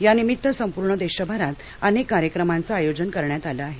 यानिमित्त संपूर्ण देशभरात अनेक कार्यक्रमांचं आयोजन करण्यात आल आहे